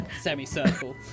semicircle